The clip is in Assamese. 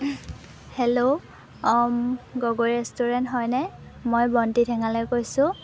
হেল্ল' গগৈ ৰেষ্টুৰেণ্ট হয়নে মই বন্তি ঠেঙালে কৈছোঁ